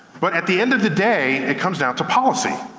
but at the end of the day, it comes down to policy.